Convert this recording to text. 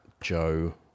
Joe